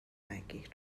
نگیر